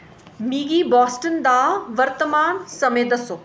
मिगी बोस्टन दा वर्तमान समें दस्सो